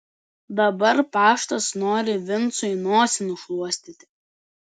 dabar paštas nori vincui nosį nušluostyti